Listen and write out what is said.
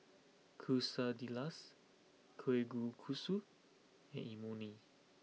Quesadillas Kalguksu and Imoni